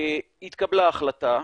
התקבלה החלטה,